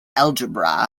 algebra